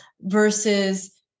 versus